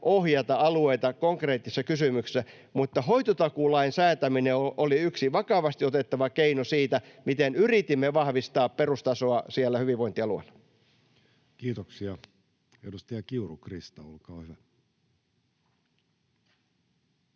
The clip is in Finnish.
ohjata alueita konkreettisissa kysymyksissä, mutta hoitotakuulain säätäminen oli yksi vakavasti otettava keino siinä, miten yritimme vahvistaa perustasoa siellä hyvinvointialueilla. [Speech 62] Speaker: Jussi Halla-aho